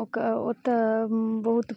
ओकर ओतऽ बहुत